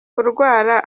kurwara